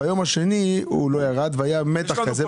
ביום השני הוא לא ירד והיה מתח כזה.